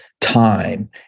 time